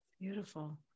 Beautiful